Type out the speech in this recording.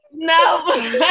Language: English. No